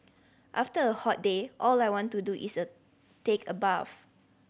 after a hot day all I want to do is a take a bath